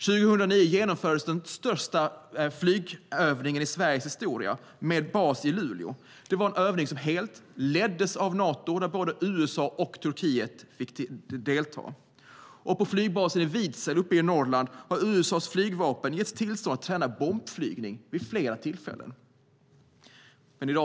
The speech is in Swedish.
År 2009 genomfördes den största flygövningen i Sveriges historia med bas i Luleå. Det var en övning som helt leddes av Nato där både USA och Turkiet fick delta. På flygbasen i Vidsel i Norrland har USA:s flygvapen getts tillstånd att träna bombflygning vid flera tillfällen.